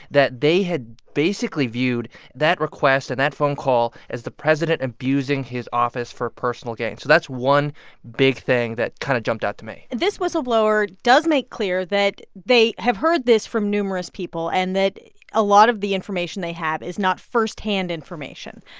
that they had basically viewed that request and that phone call as the president abusing his office for personal gain. so that's one big thing that kind of jumped out to me this whistleblower does make clear that they have heard this from numerous people and that a lot of the information they have is not firsthand information.